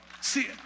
See